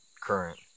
current